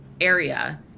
area